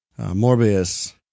Morbius